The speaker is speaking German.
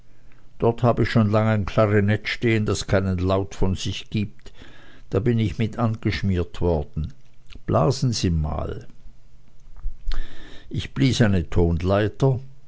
dort hab ich schon lang ein klarinett stehen das keinen laut von sich gibt da bin ich mit angeschmiert worden blasen sie mal ich blies eine tonleiter